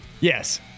Yes